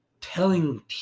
telling